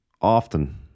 often